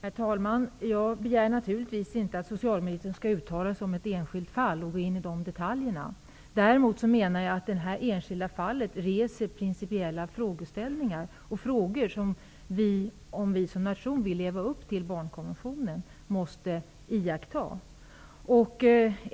Herr talman! Jag begär naturligtvis inte att socialministern skall uttala sig om ett enskilt fall och gå in på detaljer. Däremot menar jag att detta enskilda fall reser principiella frågeställningar om de regler som vi måste iaktta om vi som nation vill leva upp till barnkonventionen.